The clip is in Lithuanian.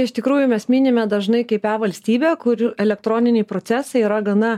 iš tikrųjų mes minime dažnai kaip e valstybę kur elektroniniai procesai yra gana